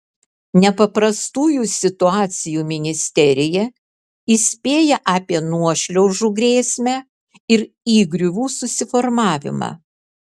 nepaprastųjų situacijų ministerija įspėja apie nuošliaužų grėsmę ir įgriuvų susiformavimą